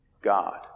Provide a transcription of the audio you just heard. God